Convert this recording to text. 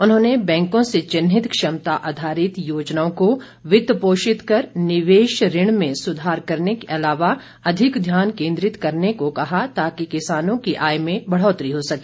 उन्होंने बैंकों से चिन्हित क्षमता आधारित योजनाओं को वित्त पोषित कर निवेश ऋण में सुधार करने के अलावा अधिक ध्यान केन्द्रित करने को कहा ताकि किसानों की आय में बढौतरी हो सके